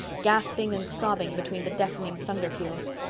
gasping and sobbing between the deafening thunder peals.